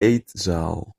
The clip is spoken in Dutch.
eetzaal